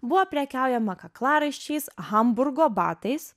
buvo prekiaujama kaklaraiščiais hamburgo batais